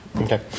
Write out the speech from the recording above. Okay